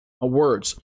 words